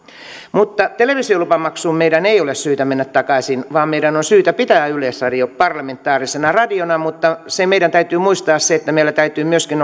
mutta televisiolupamaksuun meidän ei ole syytä mennä takaisin vaan meidän on syytä pitää yleisradio parlamentaarisena radiona mutta meidän täytyy muistaa se että meillä täytyy myöskin